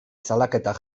salaketak